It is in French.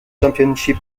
championship